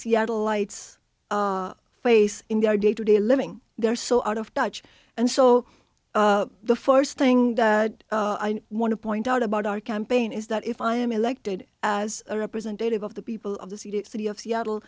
seattle lights face in their day to day living they're so out of touch and so the first thing that i want to point out about our campaign is that if i am elected as a representative of the people of the city of seattle